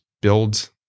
build